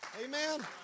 Amen